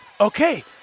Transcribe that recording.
Okay